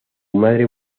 madre